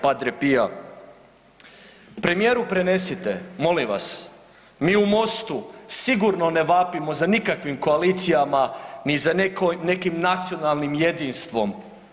Premijeru prenesite molim vas mi u Mostu sigurno ne vapimo za nikakvim koalicijama, ni za nekim nacionalnim jedinstvom.